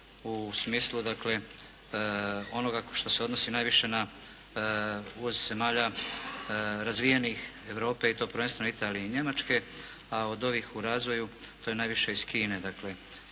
u smislu dakle, onoga što se odnosi najviše na, uvoz zemalja, razvijenih, Europe i to prvenstveno Italije i Njemačke, a od ovih u razvoju to je najviše iz Kine.